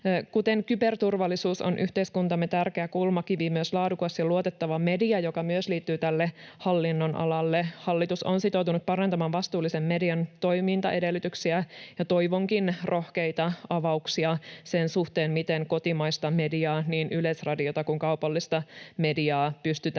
Kuten kyberturvallisuus on yhteiskuntamme tärkeä kulmakivi, niin on myös laadukas ja luotettava media, joka myös liittyy tälle hallinnonalalle. Hallitus on sitoutunut parantamaan vastuullisen median toimintaedellytyksiä, ja toivonkin rohkeita avauksia sen suhteen, miten kotimaista mediaa, niin Yleisradiota kuin kaupallista mediaa, pystytään